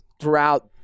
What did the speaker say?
throughout